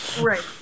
Right